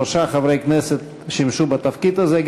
שלושה חברי כנסת שימשו בתפקיד הזה,